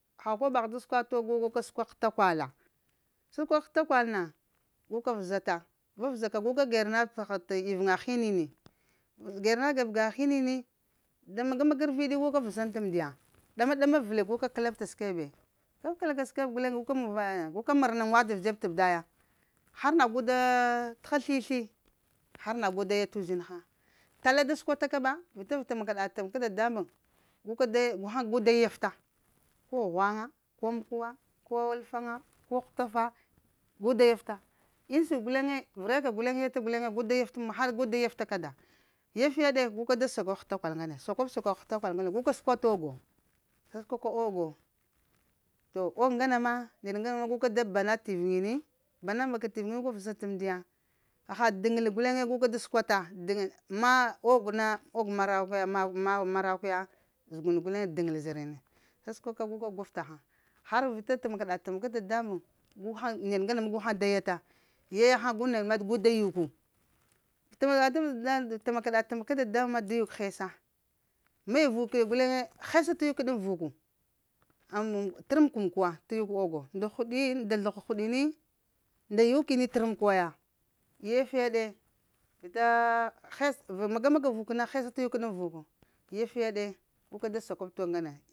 Ha koɓagh da səkwa ogo wo guka səkwa hətakwala, səkwa hətakwal na, guka vəzata, vazəza ka guka gera na ivuŋa hini nini, gera na geraƙa bəga hini nini daga maga-maga arvidi guka vəzanta m'ndiya, ɗama ɗama vəle guka kəlapta səkwebe kabkəla ka səkweb guleŋ gaka mon vaya, guka mor wafər dzeb mede ti bdaya har na gu da t'ha slisli har na gu da ya t'uzinha tala da səkwata ka ba vita tamka tanaka dadamuŋ guka daya ha gulaŋ da yaffa, ko ghwaŋa ko amkuwa, ko alfaŋg ko hutafa, gu da yaffa, unda siɗ guleŋe vera ka guleŋe guda yaffa har gu da yaffa kada yaf yaɗe ga ka da sakwab hətakwal ŋgane sakwab-sakwa heta kwal ŋgane guka səkwa t’ ogo sasəkwa t'ogo to og ŋgana ma neɗ ŋgana ma guha da bana t'wuŋi ni bana ba ka t'ivuŋi ni suka vəzəŋta amndiya. Pha d'ŋgəl guleŋ guka da səkwata d'ŋgol ma og na og marakw ya ma maraku ya zəgun guleŋ d'ŋgəl zərini, sasəkwa ka gu ka gwaf ta ghaŋ. Har vita tamaka-ɗa-tamaka dadamaŋ guhaŋ neɗ ŋgana ma gu haŋ da yaffa yaya haŋ gu neɗ ma da yuku tamak t'n tamaka-ɗa tana da damuŋ na da yuk hesa maya vuk ya guleŋe hesa ta yuk ɗaŋ vuku haŋ tər amkuw-mkwuwa ta yuk ogo nda huɗi nda zləgh huɗini nda yukini tər mkuwa ya yaf ya ɗe vita hes maga-maga vuk na hesa ta yuk dan vuku, yaf yaɗe guka da sakwabta t’ oga ŋgane